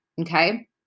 Okay